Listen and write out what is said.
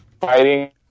fighting